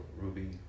Ruby